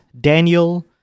Daniel